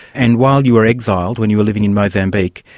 and while you were exiled, when you were living in mozambique,